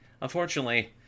Unfortunately